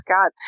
God